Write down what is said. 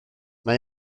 mae